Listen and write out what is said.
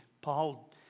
Paul